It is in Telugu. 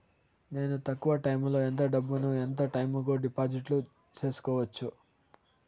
నేను తక్కువ టైములో ఎంత డబ్బును ఎంత టైము కు డిపాజిట్లు సేసుకోవచ్చు?